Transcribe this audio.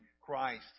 Christ